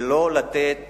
ולא לתת